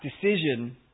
decision